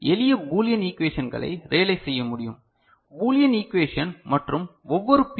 இது எளிய பூலியன் ஈகுவேஷன்களை ரியலைஸ் செய்ய முடியும் பூலியன் ஈகுவேஷன் மற்றும் ஒவ்வொரு பி